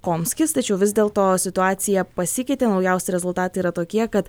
komskis tačiau vis dėl to situacija pasikeitė naujausi rezultatai yra tokie kad